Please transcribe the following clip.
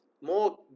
more